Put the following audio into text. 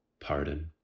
pardon